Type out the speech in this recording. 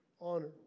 Honor